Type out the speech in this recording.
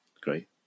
Great